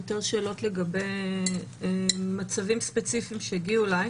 יותר שאלות לגבי מצבים ספציפיים שהגיעו אליי